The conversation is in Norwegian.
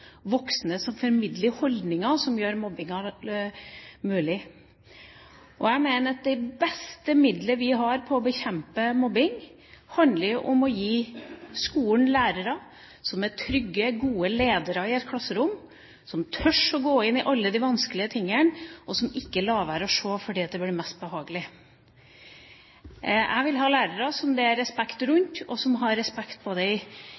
voksne som formidler holdninger som gjør mobbingen mulig. Det beste midlet vi har for å bekjempe mobbing, er å gi skolen lærere som er trygge, gode ledere i et klasserom, som tør å gå inn i alle de vanskelige tingene, og som ikke lar være å se fordi det er mest behagelig. Jeg vil ha lærere som det er respekt rundt, som har respekt både i klasserommet sitt, og også på skolen. Det